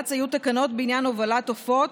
לבג"ץ היו תקנות בעניין הובלת עופות,